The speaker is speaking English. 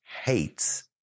hates